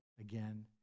Again